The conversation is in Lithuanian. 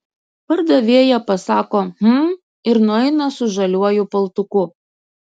pardavėja pasako hm ir nueina su žaliuoju paltuku